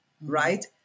right